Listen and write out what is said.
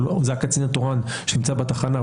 אבל זה הקצין התורן שנמצא בתחנה.